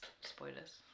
Spoilers